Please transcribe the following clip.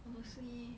honestly